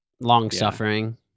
Long-suffering